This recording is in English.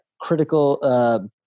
critical